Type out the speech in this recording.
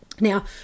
Now